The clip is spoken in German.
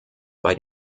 bei